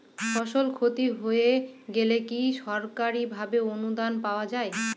ফসল ক্ষতি হয়ে গেলে কি সরকারি ভাবে অনুদান পাওয়া য়ায়?